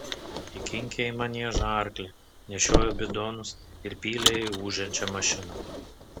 įkinkė į maniežą arklį nešiojo bidonus ir pylė į ūžiančią mašiną